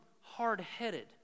hard-headed